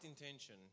intention